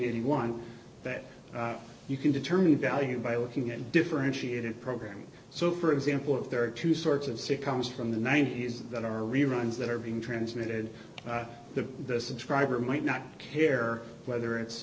anyone that you can determine value by looking at differentiated program so for example if there are two sorts of sitcoms from the ninety's that are reruns that are being transmitted to this a driver might not care whether it's